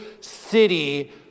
city